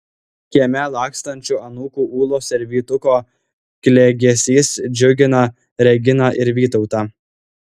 kieme lakstančių anūkų ūlos ir vytuko klegesys džiugina reginą ir vytautą